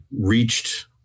reached